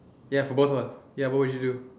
ya for both of us ya what would you do